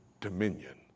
dominion